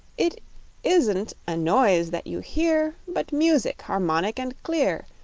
it isn't a noise that you hear, but music, harmonic and clear.